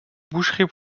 boucherie